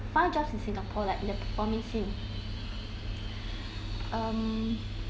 find jobs in singapore like in the performing scene um